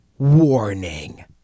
Warning